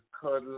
cuddle